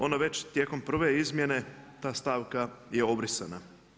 Onda već tijekom prve izmjene ta stavka je obrisana.